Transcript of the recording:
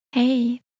Hey